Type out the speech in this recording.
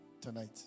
tonight